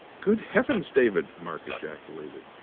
good heavens, david, mark ejaculated,